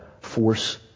force